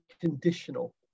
conditional